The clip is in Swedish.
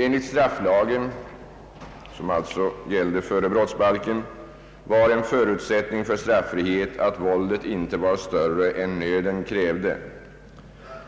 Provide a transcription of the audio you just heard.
Enligt strafflagen var en förutsättning för straffrihet att våldet inte var större än nöden krävde.